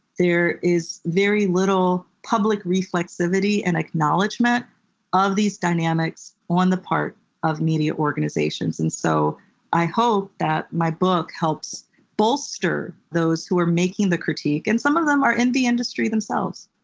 there is very little public reflexivity and acknowledgment of these dynamics on the part of media organizations, and so i hope that my book helps bolster those who are making the critique, and some of them are in the industry themselves.